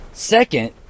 Second